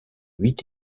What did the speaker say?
huit